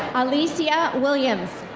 alicia williams.